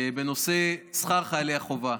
בנושא שכר חיילי החובה.